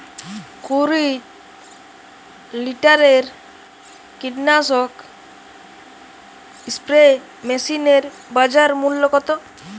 কুরি লিটারের কীটনাশক স্প্রে মেশিনের বাজার মূল্য কতো?